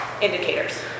indicators